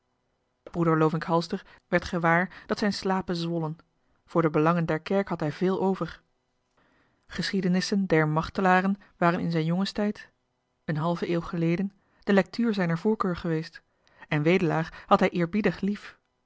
broeder lovink halster werd gewaar dat zijn slapen zwollen voor de belangen der kerk had hij veel over geschiedenissen der martelaren waren in zijn jongenstijd een halve eeuw geleden de lectuur zijner voorkeur geweest en wedelaar had hij eerbiedig lief